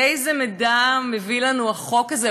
איזה מידע מביא לנו החוק הזה,